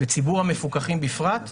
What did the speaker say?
ציבור המפוקחים בפרט,